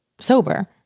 sober